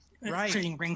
Right